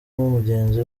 mugenzi